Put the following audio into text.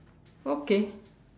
okay